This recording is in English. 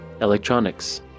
electronics